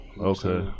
okay